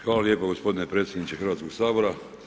Hvala lijepo gospodine predsjedniče Hrvatskog sabora.